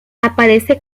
aparece